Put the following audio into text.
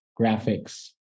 graphics